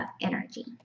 energy